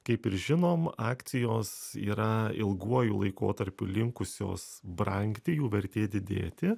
kaip ir žinom akcijos yra ilguoju laikotarpiu linkusios brangti jų vertė didėti